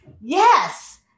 yes